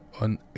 on